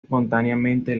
espontáneamente